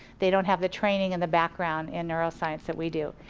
they don't have the training and the background in neruoscience that we do.